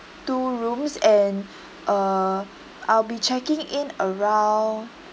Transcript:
two rooms and uh I'll be checking in around